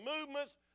movements